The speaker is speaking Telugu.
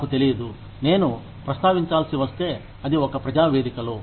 నాకు తెలియదు నేను ప్రస్తావించాల్సి వస్తే అది ఒక ప్రజా వేదికలో